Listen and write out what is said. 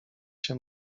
się